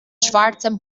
schwarzem